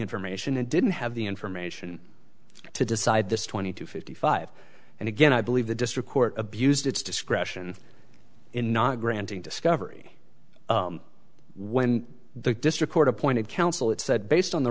information and didn't have the information to decide this twenty two fifty five and again i believe the district court abused its discretion in not granting discovery when the district court appointed counsel it said based on the